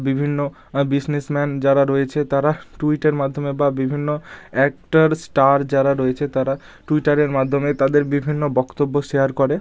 বিভিন্ন businessman যারা রয়েছে তারা টুইটের মাধ্যমে বা বিভিন্ন অ্যাক্টার স্টার যারা রয়েছে তারা টুইটারের মাধ্যমে তাদের বিভিন্ন বক্তব্য শেয়ার করে